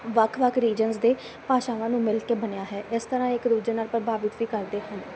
ਵੱਖ ਵੱਖ ਰੀਜਨਸ ਦੇ ਭਾਸ਼ਾਵਾਂ ਨੂੰ ਮਿਲ ਕੇ ਬਣਿਆ ਹੈ ਇਸ ਤਰ੍ਹਾਂ ਇੱਕ ਦੂਜੇ ਨਾਲ ਪ੍ਰਭਾਵਿਤ ਵੀ ਕਰਦੇ ਹਨ